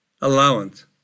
allowance